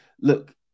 look